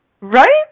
Right